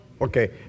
Okay